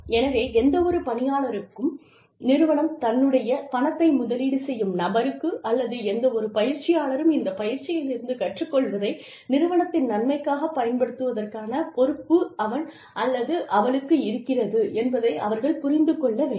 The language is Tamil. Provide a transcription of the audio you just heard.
எனவே எந்தவொரு பணியாளருக்கும் நிறுவனம் தன்னுடைய பணத்தை முதலீடு செய்யும் நபருக்கு அல்லது எந்தவொரு பயிற்சியாளரும் இந்த பயிற்சியிலிருந்து கற்றுக் கொள்வதை நிறுவனத்தின் நன்மைக்காகப் பயன்படுத்துவதற்கான பொறுப்பு அவன் அல்லது அவளுக்கு இருக்கிறது என்பதை அவர்கள் புரிந்து கொள்ள வேண்டும்